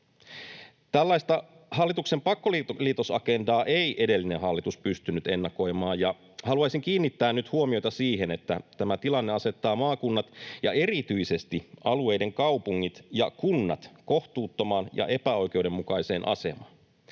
Tällaista hallituksen pakkoliitosagendaa ei edellinen hallitus pystynyt ennakoimaan, ja haluaisin kiinnittää nyt huomiota siihen, että tämä tilanne asettaa maakunnat ja erityisesti alueiden kaupungit ja kunnat kohtuuttomaan ja epäoikeudenmukaiseen asemaan.